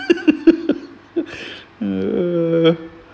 err